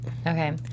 okay